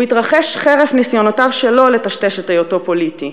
הוא התרחש חרף ניסיונותיו שלו לטשטש את היותו פוליטי.